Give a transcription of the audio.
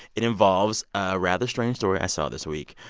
it involves a rather strange story i saw this week.